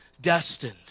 destined